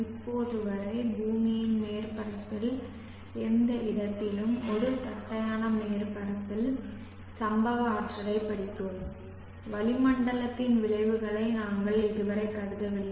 இப்போது வரை பூமியின் மேற்பரப்பில் எந்த இடத்திலும் ஒரு தட்டையான மேற்பரப்பில் சம்பவ ஆற்றலைப் படித்தோம் வளிமண்டலத்தின் விளைவுகளை நாங்கள் இதுவரை கருதவில்லை